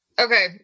Okay